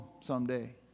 someday